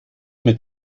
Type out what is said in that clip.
mit